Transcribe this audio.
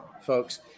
folks